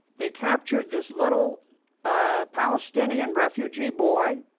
they captured this little ah palestinian refugee boy,